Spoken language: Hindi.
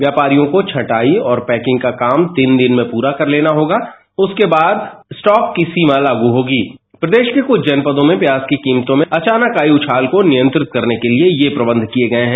व्यापारियों को छंटाई और पैकिंग का काम तीन दिन में पूरा कर लेना होगा उसके बाद स्टॉक की सीमा लागू होगी प्रदेश के कुछ जनपदों में प्याज की कीमतों में अचानक आई उछाल को नियांत्रित करने के लिए ये प्रबंध किए गए हैं